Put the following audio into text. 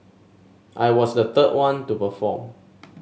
I was the third one to perform